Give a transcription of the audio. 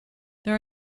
there